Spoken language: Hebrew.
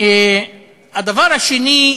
הדבר השני,